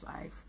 life